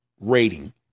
rating